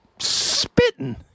spitting